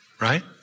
right